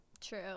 True